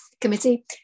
committee